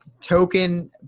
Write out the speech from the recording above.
Token